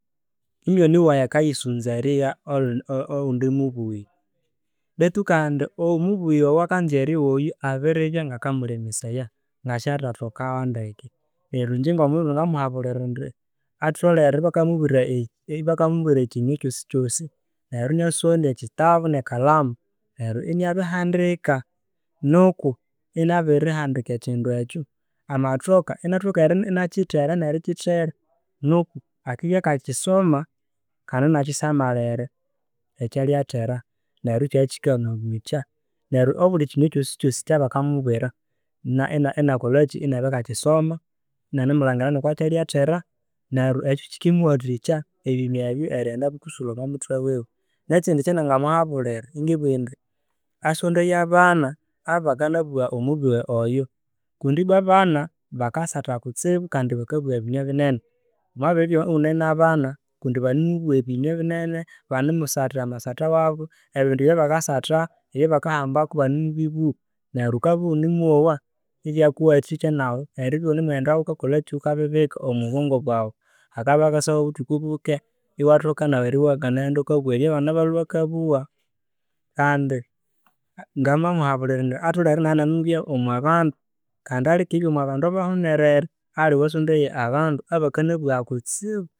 Munywani wayi akayisunza eryigha olhu olhu owundi mubughe. Beitu kandi oghundi mubughe owakanza eryigha oyu abiribya ngakmulemesaya ngasyahtathokawo ndeke. Neryo ingye ngo' mundu ngamuhabulhira andi atholere bakamubwira ekinywe kyosi kyosi neryo inia sondia ekitabu ne kalmu neryo inia bihandika nuku abirihandika ekindunekyo amathoka iniakithere nerikithera nuku akibya akakisoma kandi inai kisamalira ekyalyathera neryo ikyabya kika mubucha neryo obuli kinywa kyosokyosi ekya bakamubwira ina inabyakaklolaki, akakisoma inianimulangira ngoko kya lythera neryo ekyo kikimuwathikya ebinywa ebyo erighenda bikingira omwamuthwe wiwe. Nekindi ekya nangamuhabulira, ingendi bugha indi asondaye abana abakanabugha omubughe oyo kundi ibwa abana bakasatha kutsibu kandi bakabugha bakabugha ebinywa binene. Wamabiribya iwune nabana kundi banae mubugha ebinywa binene bane musatha amsatha waboebindu ebyabakasatha, ebyabakahambako ibane mubibugha, neryo ghukabya iwune mwogha, ibyakuwathika naghu eribya iwughune mughenda ghukakolhaki ghukabibika omwa bwongo bwaghu. Hakabya haklhaba buthuku buke, iwathoka naghu erighenda ghukabugha ebya bana balwe bakaghenda bakabugha kandi ngama muhabulira indi atholhere iniabya inianimubya omwa bandu kandi alikibya omwa bandu abahunerer aliwe asondaye abandu abakanabugha kutsibu.